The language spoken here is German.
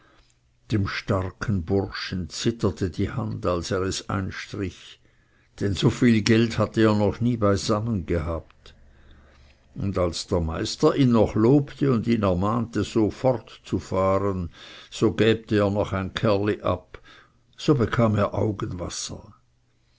dem starken burschen zitterte die hand als er es einstrich denn so viel geld hatte er noch nie beisammen gehabt und als der meister ihn noch lobte und ihn er mahnte so fortzufahren so gäbte er noch ein kerli ab so bekam er augenwasser